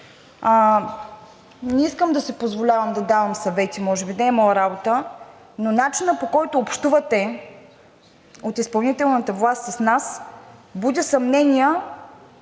Не искам да си позволявам да давам съвети, може би не е моя работа, но начинът, по който общувате от изпълнителната власт с нас, буди съмнения,